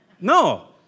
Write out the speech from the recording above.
No